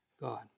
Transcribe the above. God